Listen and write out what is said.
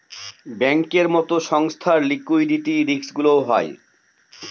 ব্যাঙ্কের মতো সংস্থার লিকুইডিটি রিস্কগুলোও হয়